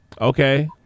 okay